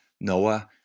Noah